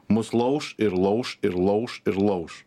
mus lauš ir lauš ir lauš ir lauš